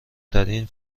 ترین